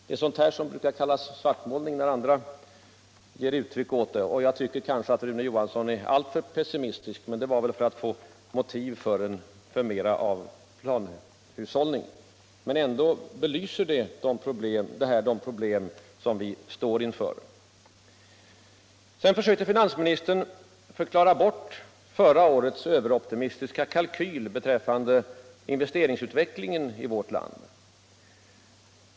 Det är sådant här som brukar kallas svartmålning när andra ger uttryck åt det. Jag tycker kanske att Rune Johansson var alltför pessimistisk — men det var väl för att få motiv för mera planhushållning. Ändå belyser det de problem som vi står inför. Finansministern försökte förklara bort förra årets överoptimistiska kalkyl beträffande investeringsutvecklingen i vårt land.